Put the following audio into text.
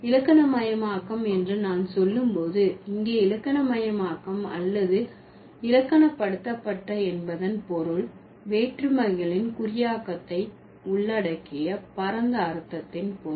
இலக்கணமயமாக்கம் என்று நான் சொல்லும் போது இங்கே இலக்கணமயமாக்கம் அல்லது இலக்கண படுத்தப்பட்ட என்பதன் பொருள் வேற்றுமைகளின் குறியாக்கத்தை உள்ளடக்கிய பரந்த அர்த்தத்தின் பொருள்